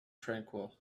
tranquil